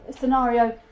scenario